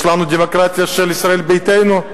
יש לנו דמוקרטיה של ישראל ביתנו.